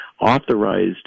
authorized